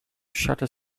shutter